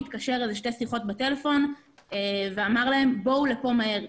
הוא התקשר שתי שיחות בטלפון והזמין אנשים לבוא למקום.